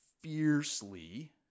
fiercely